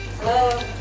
Hello